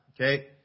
Okay